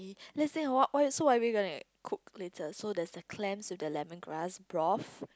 let's say why why so are we are going to cook later so there's a clamp to the lemongrass broth